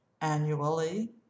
annually